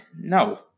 No